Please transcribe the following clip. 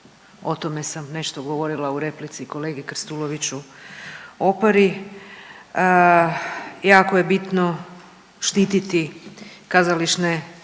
o tome sam nešto govorila u replici kolegi Krstuloviću Opari. Jako je bitno štititi kazališne